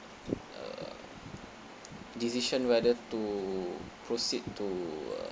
uh decision whether to proceed to uh